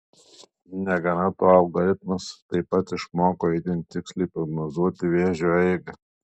negana to algoritmas taip pat išmoko itin tiksliai prognozuoti vėžio eigą